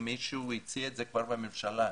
מישהו הציע את זה כבר בממשלה,